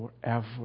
forever